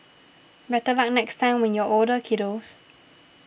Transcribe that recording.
better luck next time when you're older kiddos